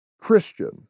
Christian